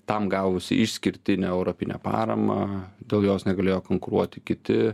tam gavusi išskirtinę europinę paramą dėl jos negalėjo konkuruoti kiti